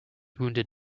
wounded